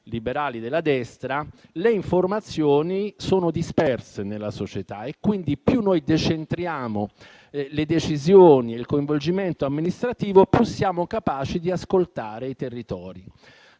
liberali della destra) sono disperse nella società, quindi più noi decentriamo le decisioni e il coinvolgimento amministrativo, più siamo capaci di ascoltare i territori.